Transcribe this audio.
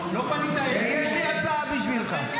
לא פנית אלינו --- יש לי הצעה בשבילך.